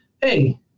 hey